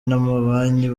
n’amabanki